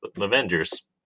Avengers